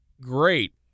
great